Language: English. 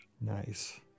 Nice